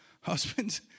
Husbands